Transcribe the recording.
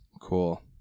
Cool